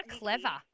clever